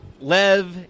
Lev